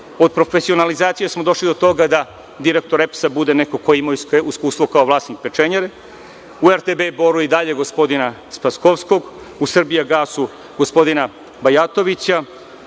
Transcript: profesionalizacije smo došli do toga da direktor EPS-a bude neko ko je imao iskustvo kao vlasnik pečenjare, u RTB-u „Bor“ i dalje gospodina Spaskovskog, u „Srbijagasu“ gospodina Bajatovića,